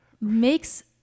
Makes